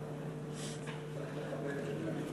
צריך לכבד,